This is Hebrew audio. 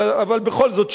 אבל בכל זאת שיפור,